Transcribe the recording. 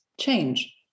change